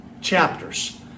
chapters